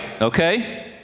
Okay